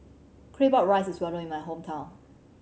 Claypot Rice is well known in my hometown